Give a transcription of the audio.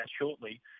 shortly